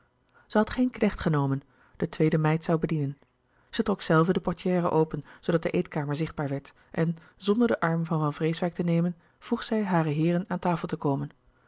had geen knecht genomen de tweede meid zoû bedienen zij trok zelve de portière open zoodat de eetkamer zichtbaar werd en zonder den arm van van vreeswijck te nemen vroeg zij hare heeren aan tafel te komen